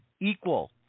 equal